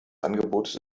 angebotes